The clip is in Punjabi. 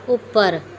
ਉੱਪਰ